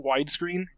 widescreen